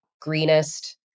greenest